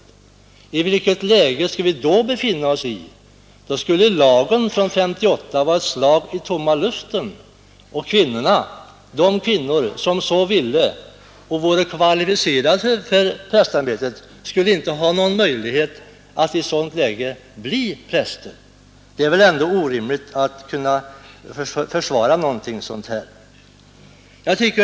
Då skulle 1958 års lag vara ett slag i tomma luften, och de kvinnor som var kvalificerade och önskade bli prästvigda skulle inte ha någon möjlighet att i ett sådant läge bli präster. Ett sådant förhållande kan väl inte försvaras.